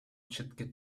четке